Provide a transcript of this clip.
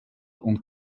und